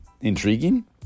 intriguing